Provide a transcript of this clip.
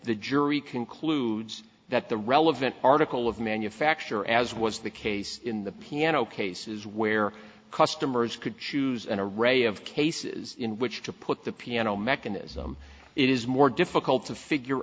the jury concludes that the relevant article of manufacture as was the case in the piano cases where customers could choose and a ray of cases in which to put the piano mechanism it is more difficult to figure